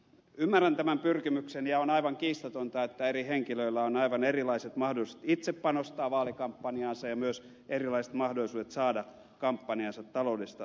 ymmärrän tämän pyrkimyksen ja on aivan kiistatonta että eri henkilöillä on aivan erilaiset mahdollisuudet itse panostaa vaalikampanjaansa ja myös erilaiset mahdollisuudet saada kampanjaansa taloudellista tukea